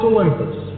Olympus